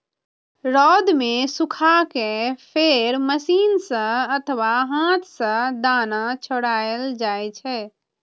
रौद मे सुखा कें फेर मशीन सं अथवा हाथ सं दाना छोड़ायल जाइ छै